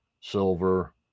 silver